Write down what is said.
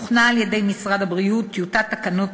הוכנה על-ידי משרד הבריאות טיוטת תקנות